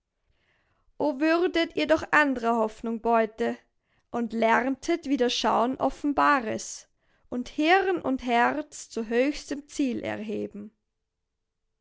würdet ihr doch andrer hoffnung beute und lerntet wieder schauen offenbares und hirn und herz zu höchstem ziel erheben